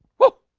well